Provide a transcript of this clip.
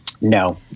No